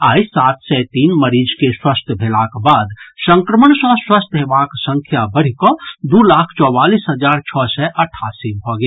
आइ सात सय तीन मरीज के स्वस्थ भेलाक बाद संक्रमण सँ स्वस्थ हेबाक संख्या बढ़िकऽ दू लाख चौवालीस हजार छओ सय अठासी भऽ गेल